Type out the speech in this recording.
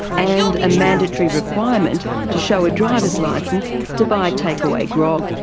and a mandatory requirement to show a drivers licence to buy takeaway grog.